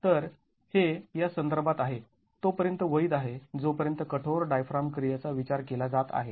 तर हे यासंदर्भात आहे तोपर्यंत वैध आहे जोपर्यंत कठोर डायफ्राम क्रियेचा विचार केला जात आहे